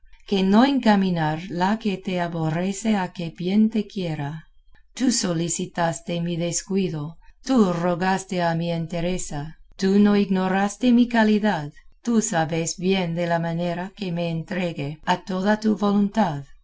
que no encaminar la que te aborrece a que bien te quiera tú solicitaste mi descuido tú rogaste a mi entereza tú no ignoraste mi calidad tú sabes bien de la manera que me entregué a toda tu voluntad